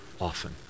often